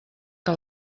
que